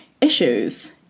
issues